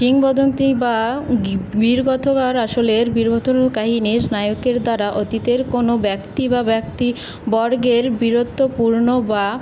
কিংবদন্তি বা গি বীরগাথাকার আসলের কাহিনির নায়কের দ্বারা অতীতের কোনাে ব্যক্তি বা ব্যক্তিবর্গের বীরত্বপূর্ণ বা